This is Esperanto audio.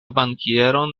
bankieron